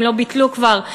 אם לא ביטלו כבר,